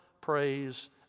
praise